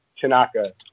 Tanaka